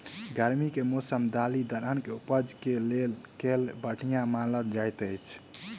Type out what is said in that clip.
गर्मी केँ मौसम दालि दलहन केँ उपज केँ लेल केल बढ़िया मानल जाइत अछि?